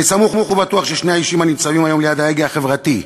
אני סמוך ובטוח ששני האישים הנמצאים היום ליד ההגה החברתי,